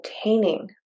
obtaining